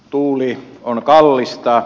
tuuli on kallista